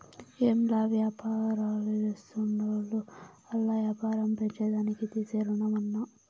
ఏంలా, వ్యాపారాల్జేసుకునేటోళ్లు ఆల్ల యాపారం పెంచేదానికి తీసే రుణమన్నా